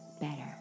better